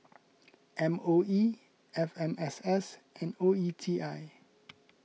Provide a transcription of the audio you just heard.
M O E F M S S and O E T I